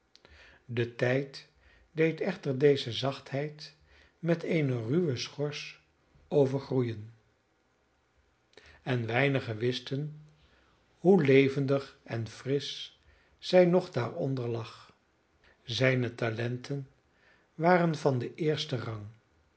de tijd deed echter deze zachtheid met eene ruwe schors overgroeien en weinigen wisten hoe levendig en frisch zij nog daaronder lag zijne talenten waren van den eersten rang